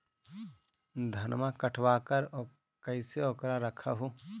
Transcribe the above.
धनमा कटबाकार कैसे उकरा रख हू?